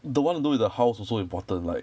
the one to do with the house also important like